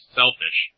selfish